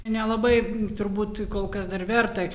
nelabai turbūt kol kas dar verta